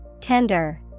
Tender